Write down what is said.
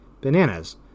bananas